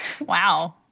Wow